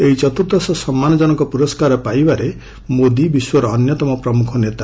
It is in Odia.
ଏହି ଚତୁର୍ଦ୍ଦଶ ସମ୍ମାନଜନକ ପୁରସ୍କାର ପାଇବାରେ ମୋଦି ବିଶ୍ୱର ଅନ୍ୟତମ ପ୍ରମୁଖ ନେତା